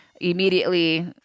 immediately